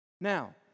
Now